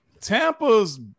Tampa's